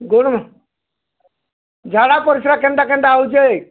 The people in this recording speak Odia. ଗୋଡ଼୍ ଝାଡ଼ା ପରିସ୍ରା କେନ୍ତା କେନ୍ତା ହଉଛେ